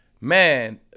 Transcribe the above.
man